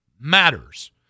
matters